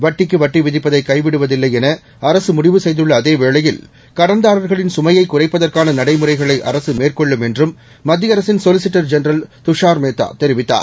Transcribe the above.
வட்டிக்கு வட்டி விதிப்பதை கைவிடுவதில்லை என அரசு முடிவு செய்துள்ள அதேவேளையில் கடன்தாரர்களின் துமையைக் குறைப்பதற்கான நடைமுறைகளை அரசு மேற்கொள்ளும் என்றும் மத்திய அரசின் சொலிசிட்டர் ஜெனரல் துஷார் மேத்தா தெரிவித்தார்